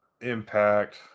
impact